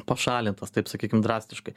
pašalintas taip sakykim drastiškai